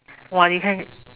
!wah! you can